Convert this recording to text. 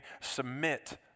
submit